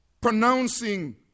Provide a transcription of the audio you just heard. pronouncing